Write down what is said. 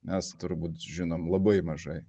mes turbūt žinom labai mažai